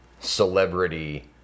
celebrity